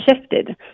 shifted